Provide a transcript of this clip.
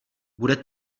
bude